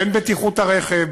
בין בטיחות הרכב,